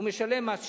הוא משלם מס שבח.